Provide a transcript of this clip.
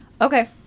Okay